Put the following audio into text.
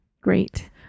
great